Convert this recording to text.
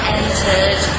entered